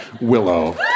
Willow